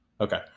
Okay